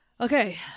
okay